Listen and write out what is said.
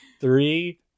Three